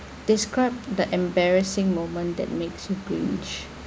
describe the embarrassing moment that makes you cringe